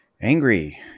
angry